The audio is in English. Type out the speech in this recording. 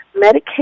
Medicaid